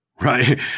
right